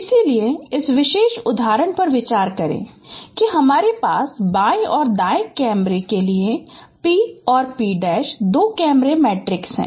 इसलिए इस विशेष उदाहरण पर विचार करें कि हमारे पास बाएं और दाएं कैमरे के लिए P और P दो कैमरे मैट्रिसेस हैं